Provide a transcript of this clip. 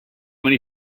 many